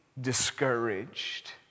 discouraged